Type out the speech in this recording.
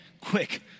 quick